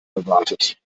erwartet